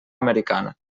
americana